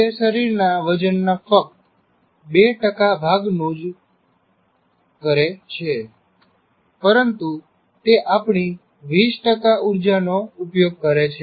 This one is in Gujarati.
તે શરીરનાં વજનના ફક્ત 2 ભાગનું જ કરે છે પરંતુ તે આપણી 20 ઊર્જાનો ઉપયોગ કરે છે